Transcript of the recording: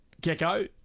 Gecko